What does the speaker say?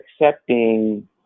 accepting